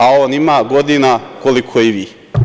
A on ima godina koliko i vi.